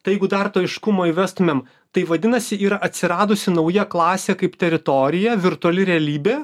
tai jeigu dar to aiškumo įvestumėm tai vadinasi yra atsiradusi nauja klasė kaip teritorija virtuali realybė